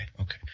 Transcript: Okay